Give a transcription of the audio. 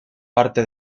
parte